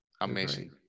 amazing